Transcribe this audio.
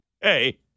Hey